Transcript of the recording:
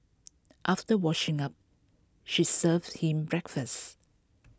after washing up she serves him breakfast